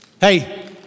Hey